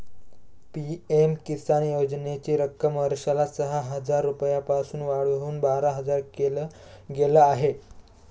PM Kisan योजनेची रक्कम वर्षाला सहा हजार रुपयांपासून वाढवून बारा हजार केल गेलं आहे